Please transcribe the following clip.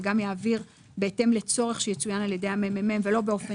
וגם יעביר בהתאם לצורך שיצוין על ידי הממ"מ ולא באופן